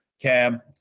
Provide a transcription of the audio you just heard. cam